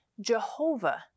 Jehovah